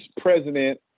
president